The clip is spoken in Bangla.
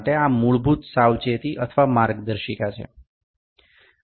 এটি একটি মৌলিক সতর্কতা বা নির্দেশাবলী যা আমরা যেকোনও উপকরণে ব্যবহার করি